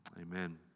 amen